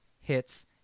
hits